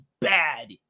bad